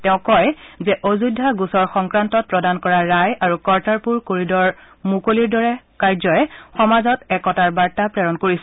তেওঁ কয় যে অযোধ্যা গোচৰ সংক্ৰান্তত প্ৰদান কৰা ৰায় আৰু কৰ্টাৰপুৰ কৰিডৰৰ মুকলিৰ দৰে কামে সমাজত একতাৰ বাৰ্তা প্ৰেৰণ কৰিছে